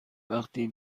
وقتی